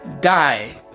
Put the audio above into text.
die